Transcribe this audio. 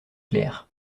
clerc